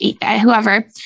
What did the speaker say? whoever